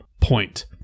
point